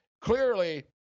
clearly